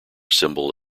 symbol